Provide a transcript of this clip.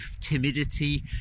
timidity